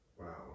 Wow